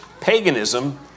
paganism